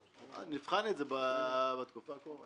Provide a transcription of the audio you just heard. נבחן את זה בתקופה הקרובה.